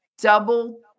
double